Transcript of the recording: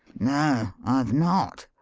no, i've not.